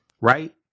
right